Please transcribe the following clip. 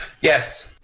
Yes